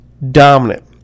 Dominant